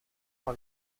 par